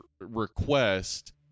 request